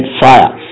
fire